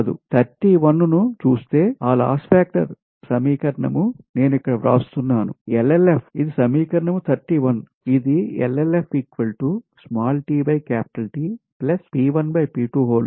కాదు 31 ను చూస్తే ఆ లాస్ ఫాక్టర్ సమీకరణం నేను ఇక్కడ వ్రాస్తున్నాను LLF ఇది సమీకరణం 31 it is as and this that means and your LF is